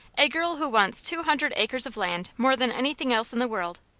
a girl who wants two hundred acres of land more than anything else in the world.